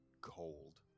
cold